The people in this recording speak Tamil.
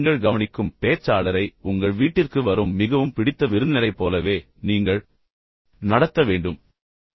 நீங்கள் கவனிக்கும் பேச்சாளரை உங்கள் வீட்டிற்கு வரும் மிகவும் பிடித்த விருந்தினரைப் போலவே நீங்கள் நடத்த வேண்டும் என்று நான் உங்களுக்குச் சொன்னேன்